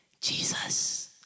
Jesus